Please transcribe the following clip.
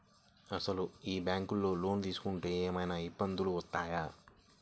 అసలు ఈ బ్యాంక్లో లోన్ తీసుకుంటే ఏమయినా ఇబ్బందులు వస్తాయా?